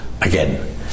again